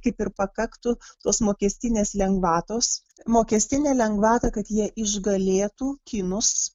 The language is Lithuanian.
kaip ir pakaktų tos mokestinės lengvatos mokestinė lengvata kad jie išgalėtų kinus